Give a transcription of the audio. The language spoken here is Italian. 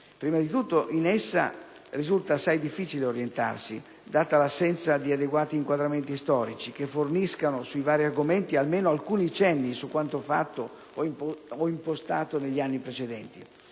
Prima di tutto, in essa risulta assai difficile orientarsi, data l'assenza di adeguati inquadramenti storici, che forniscano sui vari argomenti almeno alcuni cenni su quanto fatto o impostato negli anni precedenti.